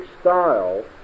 style